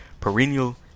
Perennial